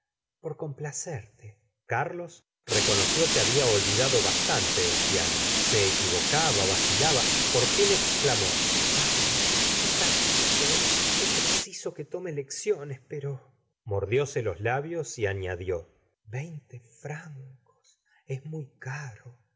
por complacerte carlos reconoció que habia olvidado bastante el piano se equivocaba vacilaba por fin exclamó vamos está visto es preciso que tome lecciones pero mordióse los labios y añadió veinte francos es muy caro